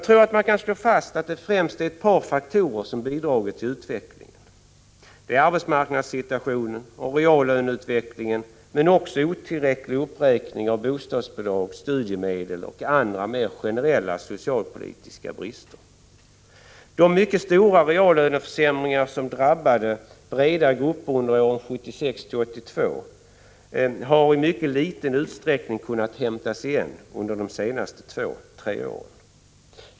Man kan nog slå fast att det främst är ett par faktorer som har bidragit till utvecklingen. Dessa faktorer är arbetsmarknadssituationen och reallöneutvecklingen, men också en otillräcklig uppräkning av bostadsbidragen och studiemedlen samt andra mer generella socialpolitiska brister. När det gäller de mycket stora reallöneförsämringar som drabbade breda grupper under åren 1976-1982 har en återhämtning kunnat ske i mycket liten utsträckning under de senaste två tre åren.